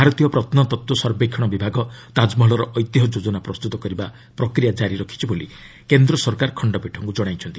ଭାରତୀୟ ପ୍ରତ୍ନତ୍ତ୍ୱ ସର୍ବେକ୍ଷଣ ବିଭାଗ ତାଜମହଲର ଐତିହ୍ୟ ଯୋଜନା ପ୍ରସ୍ତୁତ କରିବା ପ୍ରକ୍ରିୟା ଜାରି ରଖିଛି ବୋଲି କେନ୍ଦ୍ର ସରକାର ଖଣ୍ଡପୀଠଙ୍କୁ ଜଣାଇଛନ୍ତି